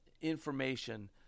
information